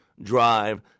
drive